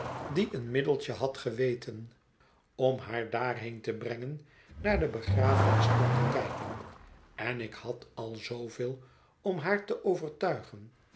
die een middeltje had geweten om haar daarheen te brengen naar de begrafenis stond te kijken en ik had al zooveel om haar te overtuigen